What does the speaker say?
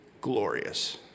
Glorious